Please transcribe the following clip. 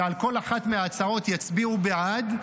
שעל כל אחת מההצעות יצביעו בעד.